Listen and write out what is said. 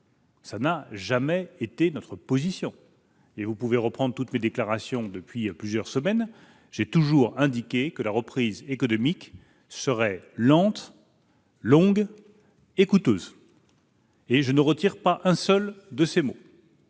n'a jamais été notre position. Vous pouvez reprendre toutes mes déclarations depuis plusieurs semaines, j'ai toujours indiqué que la reprise économique serait lente, longue et coûteuse, et je ne retire pas un seul de ces mots.